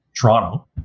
Toronto